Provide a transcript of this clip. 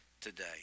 today